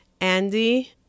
andy